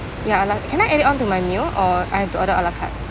ya a la~ can I add it on to my meal or I have to order a la carte